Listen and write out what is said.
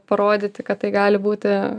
parodyti kad tai gali būti